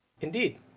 Indeed